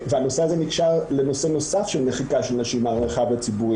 הנושא הזה נקשר לנושא נוסף של מחיקה של נשים מהמרחב הציבורי